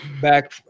Back